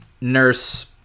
Nurse